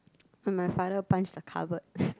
my father punch the cupboard